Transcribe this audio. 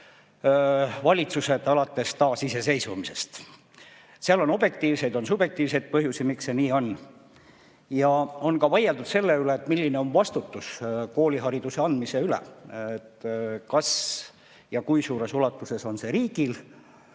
valitsused alates taasiseseisvumisest. On objektiivseid ja subjektiivseid põhjusi, miks see nii on. On ka vaieldud selle üle, milline on vastutus koolihariduse andmise eest: kas ja kui suures ulatuses on see riigil